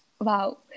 wow